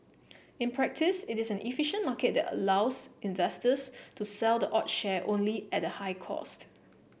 in practice it is an inefficient market that allows investors to sell the odd share only at a high cost